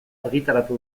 argitaratu